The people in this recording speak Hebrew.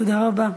תודה רבה.